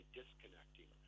disconnecting